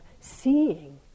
seeing